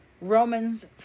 romans